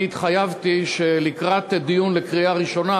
התחייבתי לקראת הדיון וההכנה לקריאה הראשונה